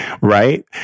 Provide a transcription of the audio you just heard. Right